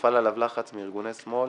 הופעל עליו לחץ מארגוני שמאל,